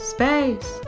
Space